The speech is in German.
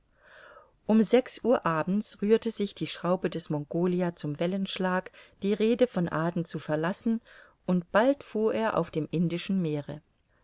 um sechs uhr abends rührte sich die schraube des mongolia zum wellenschlag die rhede von aden zu verlassen und bald fuhr er auf dem indischen meere